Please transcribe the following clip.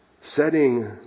Setting